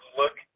look